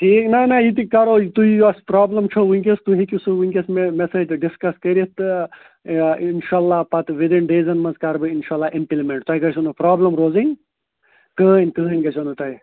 ٹھیٖک نہ نہ یہِ تہِ کَرو تہٕ یۄس پرابلم چھو وٕنۍکٮ۪نَس تُہۍ ہیٚکِو سُہ وٕنۍکٮ۪س مےٚ مےٚ سۭتۍ ڈِسکَس کٔرِتھ تہٕ اِنشاء اَللّٰہ پتہٕ وِدِن ڈیزَن منٛز کَرٕ بہٕ اِنشاء اَللّٰہ اِمپلمٮ۪نٛٹ تۄہہِ گَژھیو نہٕ پرٛابلم روزٕنۍ کٕہٕنۍ کٕہٕنۍ گَژھیو نہٕ تۄہہِ